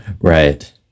Right